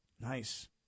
Nice